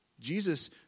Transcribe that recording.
Jesus